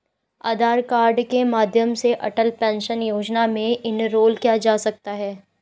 आधार card के माध्यम से अटल पेंशन योजना में इनरोल किया जा सकता है